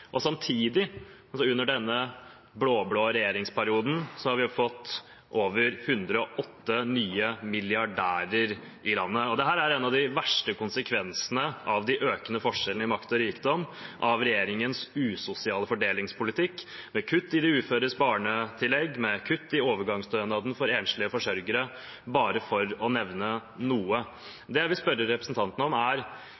familier. Samtidig, under denne blå-blå regjeringsperioden, har vi fått over 108 nye milliardærer i landet. Dette er en av de verste konsekvensene med hensyn til de økende forskjellene i makt og rikdom av regjeringens usosiale fordelingspolitikk, med kutt i de uføres barnetillegg, med kutt i overgangsstønaden for enslige forsørgere – bare for å nevne noe.